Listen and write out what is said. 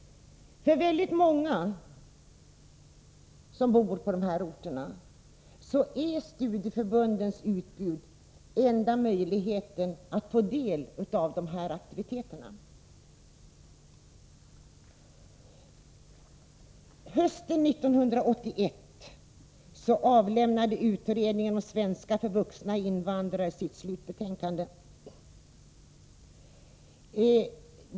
För väldigt många som bor på dessa orter är studieförbundens utbud enda möjligheten att få del av dessa aktiviteter. Hösten 1981 avlämnade utredningen om svenska för vuxna invandrare sitt slutbetänkande.